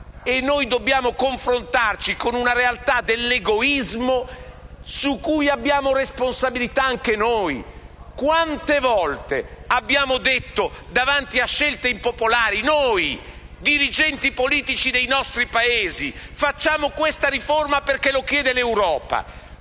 Noi dobbiamo confrontarci con una realtà di egoismo della quale abbiamo responsabilità anche noi. Quante volte abbiamo detto, davanti a scelte impopolari, noi dirigenti politici dei nostri Paesi, che facevamo quella riforma perché lo chiedeva l'Europa.